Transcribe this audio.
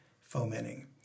fomenting